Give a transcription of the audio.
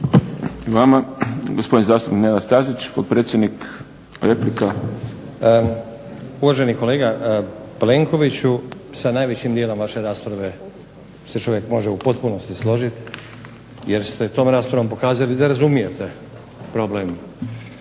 vama. Gospodin zastupnik Nenad Stazić, potpredsjednik, replika. **Stazić, Nenad (SDP)** Uvaženi kolega Plenkoviću, sa najvećim dijelom vaše rasprave se čovjek može u potpunosti složiti jer ste tom raspravom pokazali da razumijete problem